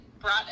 Brought